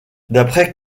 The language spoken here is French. d’après